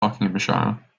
buckinghamshire